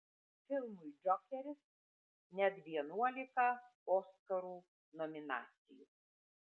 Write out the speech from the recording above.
filmui džokeris net vienuolika oskarų nominacijų